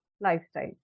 lifestyle